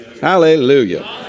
Hallelujah